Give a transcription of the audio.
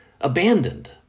abandoned